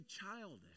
childish